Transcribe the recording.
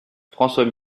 françois